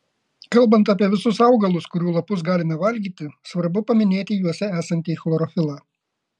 kalbant apie visus augalus kurių lapus galime valgyti svarbu paminėti juose esantį chlorofilą